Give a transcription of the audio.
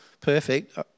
perfect